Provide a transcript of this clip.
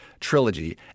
trilogy